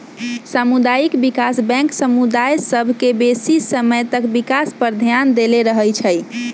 सामुदायिक विकास बैंक समुदाय सभ के बेशी समय तक विकास पर ध्यान देले रहइ छइ